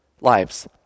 lives